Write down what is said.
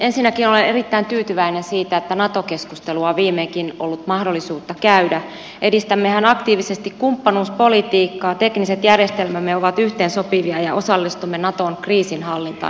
ensinnäkin olen erittäin tyytyväinen siitä että nato keskustelua on viimeinkin ollut mahdollisuus käydä edistämmehän aktiivisesti kumppanuuspolitiikkaa tekniset järjestelmämme ovat yhteensopivia ja osallistumme naton kriisinhallintaan jo nyt